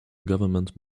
government